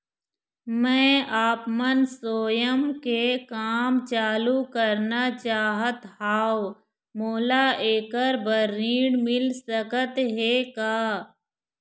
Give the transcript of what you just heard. मैं आपमन स्वयं के काम चालू करना चाहत हाव, मोला ऐकर बर ऋण मिल सकत हे का?